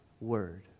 Word